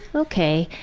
okay,